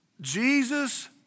Jesus